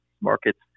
markets